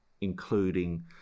including